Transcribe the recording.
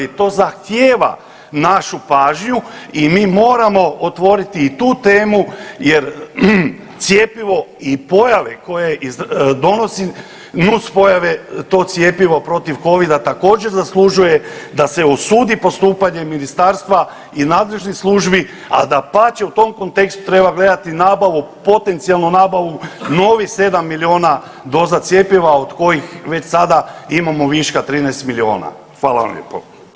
To zahtjeva našu pažnju i mi moramo otvoriti i tu temu jer cjepivo i pojave koje donosi, nus pojave, to cjepivo protiv covida također zaslužuje da se osudi postupanje ministarstva i nadležnih službi, a dapače u tom kontekstu treba gledati nabavu, potencijalnu nabavu novih 7 milijuna doza cjepiva od kojih već sada imamo viška 13 milijuna, hvala vam lijepo.